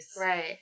Right